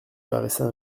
paraissait